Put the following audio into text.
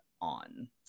on